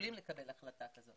יכולים לקבל החלטה כזאת